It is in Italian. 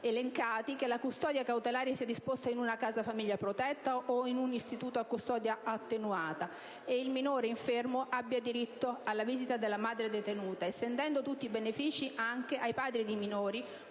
che la custodia cautelare sia disposta in una casa famiglia protetta o in un istituto a custodia attenuata e che il minore infermo abbia diritto alla visita della madre detenuta, estendendo tutti i benefici anche ai padri di minori